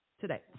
today